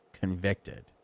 convicted